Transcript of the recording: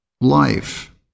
life